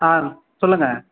ஆ சொல்லுங்கள்